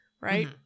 Right